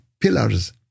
pillars